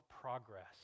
progress